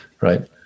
Right